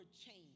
change